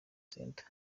centre